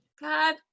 God